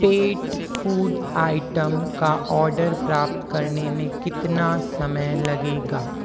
पेट food item का order प्राप्त करने में कितना समय लगेगा